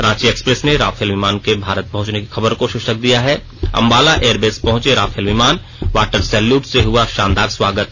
Ranchi express ने Rafale विमान के भारत पहुंचने की खबर को शीर्षक दिया है अंबाला एयरबेस पहुंचे राफेल विमान वाटर सैल्यूट से हुआ सांदार स्वागत